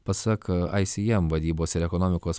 pasak ism vadybos ir ekonomikos